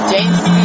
James